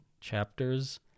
chapters